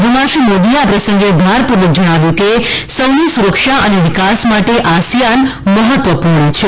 વધુમાં શ્રી મોદીએ આ પ્રસંગે ભાર પૂર્વક જણાવ્યુ કે સૌની સુરક્ષા અને વિકાસ માટે આસિયાન મહત્વપૂર્ણ છે